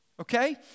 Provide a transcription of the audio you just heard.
Okay